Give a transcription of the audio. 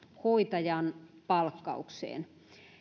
hoitajan palkkaukseen